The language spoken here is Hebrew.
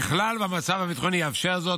ככל שהמצב הביטחוני יאפשר זאת,